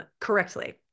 correctly